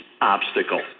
obstacle